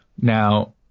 now